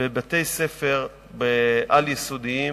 בבתי-ספר על-יסודיים,